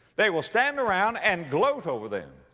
they will stand around and gloat over them.